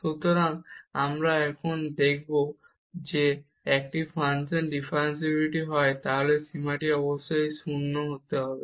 সুতরাং আমরা এখন আমরা দেখাব যে যদি একটি ফাংশন ডিফারেনশিবিলিটি হয় তাহলে এই সীমাটি অবশ্যই 0 হতে হবে